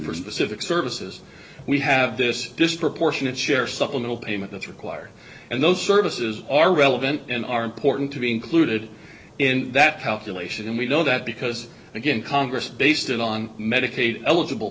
for specific services we have this disproportionate share supplemental payment that's required and those services are relevant and are important to be included in that calculation and we know that because again congress based it on medicaid eligible